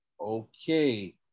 Okay